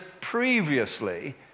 previously